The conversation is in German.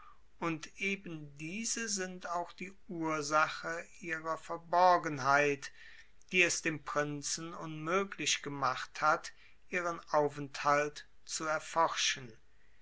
und eben diese sind auch die ursache ihrer verborgenheit die es dem prinzen unmöglich gemacht hat ihren aufenthalt zu erforschen